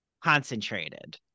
concentrated